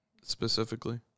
specifically